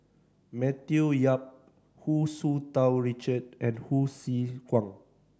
Matthew Yap Hu Tsu Tau Richard and Hsu Tse Kwang